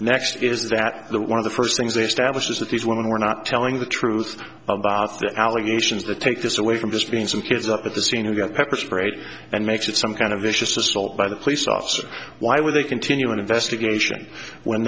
next is that the one of the first things they establish is that these women were not telling the truth about the allegations that take this away from just being some kids up at the scene who got pepper sprayed and makes it some kind of vicious assault by the police officer why would they continue an investigation when